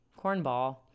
Cornball